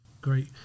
Great